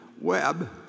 web